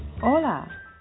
Hola